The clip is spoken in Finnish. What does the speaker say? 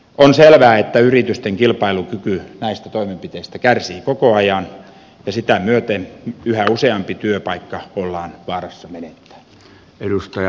on selvää että yritysten kilpailukyky kärsii näistä toimenpiteistä koko ajan ja sitä myöten yhä useampi työpaikka ollaan vaarassa menettää